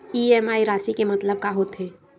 EMI राशि के मतलब का होथे?